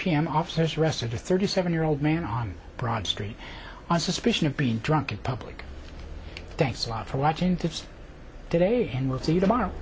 m officers rest of the thirty seven year old man on broad street on suspicion of being drunk in public thanks a lot for watching tips today and we'll see you tomorrow